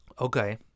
Okay